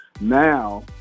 Now